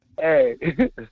Hey